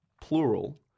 plural